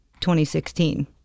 2016